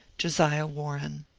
josiah warren.